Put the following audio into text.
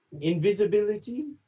Invisibility